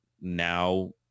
now